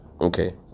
Okay